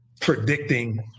predicting